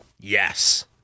Yes